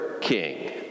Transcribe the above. king